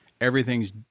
everything's